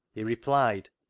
he replied,